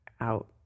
out